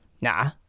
Nah